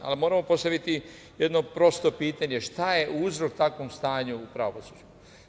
Ali moramo posle videti jedno prosto pitanje – šta je uzrok takvom stanju u pravosuđu.